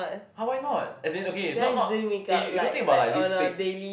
ah why not as in okay not not eh you don't think about like lipsticks